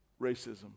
racism